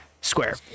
square